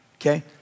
okay